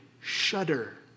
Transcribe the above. shudder